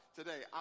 today